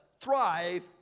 thrive